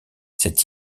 cet